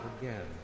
again